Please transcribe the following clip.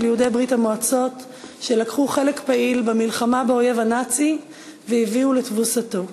יהודי ברית-המועצות שלקחו חלק פעיל במלחמה באויב הנאצי והביאו לתבוסתו.